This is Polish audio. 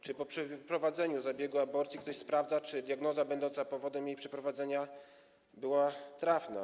Czy po przeprowadzeniu zabiegu aborcji ktoś sprawdza, czy diagnoza będąca powodem jej przeprowadzenia była trafna?